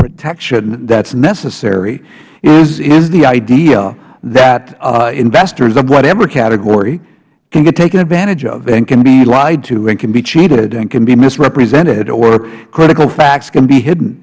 protection that's necessary is the idea that investors of whatever category can get taken advantage of and can be lied to and can be cheated and be misrepresented or critical facts can be hidden